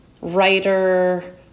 writer